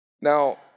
Now